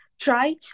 try